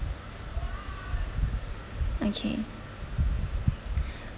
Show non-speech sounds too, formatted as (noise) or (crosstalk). okay (breath)